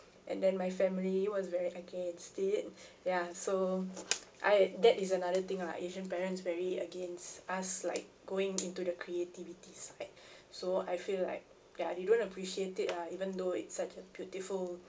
and then my family was very against it ya so I that is another thing lah asian parents very against us like going into the creativity side so I feel like ya they don't appreciate it ah even though it's such a beautiful